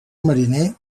mariner